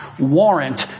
warrant